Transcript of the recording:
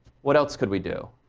what else could we do